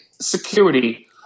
security